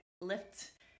lift